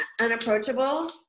unapproachable